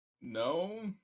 No